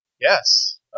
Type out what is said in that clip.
Yes